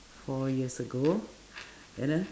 four years ago then ah